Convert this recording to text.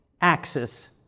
axis